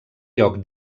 lloc